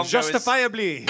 Justifiably